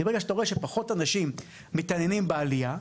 כי ברגע שאתה רואה שפחות אנשים מתעניינים בעלייה,